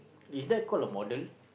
it's that call a model